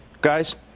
guys